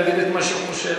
להגיד את מה שהוא חושב.